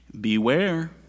Beware